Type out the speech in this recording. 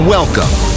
Welcome